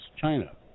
China